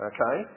Okay